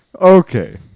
Okay